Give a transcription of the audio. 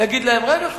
יגיד להם: רגע,